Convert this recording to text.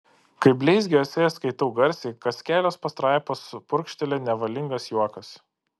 kai bleizgio esė skaitau garsiai kas kelios pastraipos purkšteli nevalingas juokas